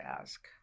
ask